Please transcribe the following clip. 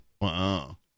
wow